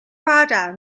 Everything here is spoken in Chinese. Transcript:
发展